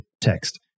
text